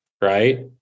right